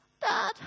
Dad